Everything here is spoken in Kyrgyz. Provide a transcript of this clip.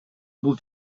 бул